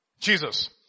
Jesus